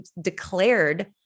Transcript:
declared